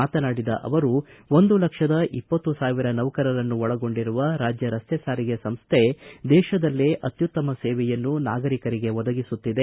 ಮಾತನಾಡಿದ ಅವರು ಒಂದು ಲಕ್ಷದ ಇಪ್ಪತ್ತು ಸಾವಿರ ಸೌಕರರನ್ನು ಒಳಗೊಂಡಿರುವ ರಾಜ್ಯ ರಸ್ತೆ ಸಾರಿಗೆ ಸಂಸ್ಥೆ ದೇಶದಲ್ಲೇ ಅತ್ತುತ್ತಮ ಸೇವೆಯನ್ನು ನಾಗರಿಕರಿಗೆ ಒದಗಿಸುತ್ತಿದೆ